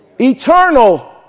Eternal